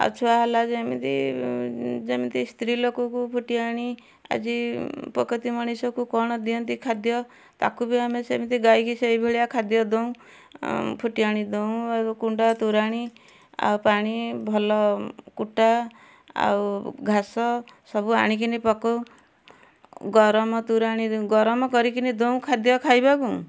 ଆଉ ଛୁଆ ହେଲା ଯେମିତି ଯେମିତି ସ୍ତ୍ରୀଲୋକକୁ ଫୁଟିଆଣି ଆଜି ପୋଖତି ମଣିଷଙ୍କୁ କ'ଣ ଦିଅନ୍ତି ଖାଦ୍ୟ ତାକୁ ବି ଆମେ ସେମିତି ଗାଈକି ସେଇଭଳିଆ ଖାଦ୍ୟ ଦଉ ଫୁଟିଆଣି ଦଉ ଆଉ କୁଣ୍ଡା ତୋରାଣି ଆଉ ପାଣି ଭଲ କୁଟା ଆଉ ଘାସ ସବୁ ଆଣିକିନି ପକାଉ ଗରମ ତୋରାଣି ଗରମ କରିକିନି ଦଉ ଖାଦ୍ୟ ଖାଇବାକୁ